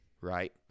right